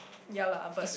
yea lah but